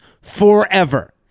forever